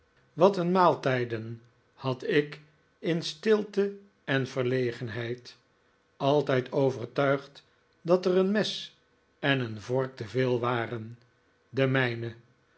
wat een maaltijden had ik in stilte en verlegenheid altijd overtuigd dat er een mes en een vork te veel waren